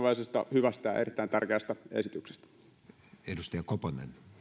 hyvästä ja erittäin tärkeästä esityksestä